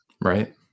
Right